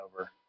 over